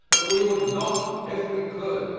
that we would not if we could.